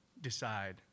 decide